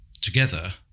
together